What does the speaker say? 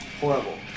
Horrible